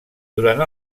durant